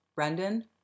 Brendan